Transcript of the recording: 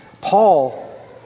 Paul